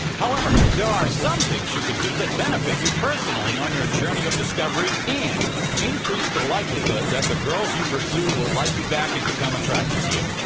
however there are some things you can do that benefit you personally on your journey of discovery and increase the likelihood that the girls you pursue will like you back and become attracted to you.